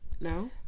No